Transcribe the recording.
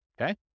Okay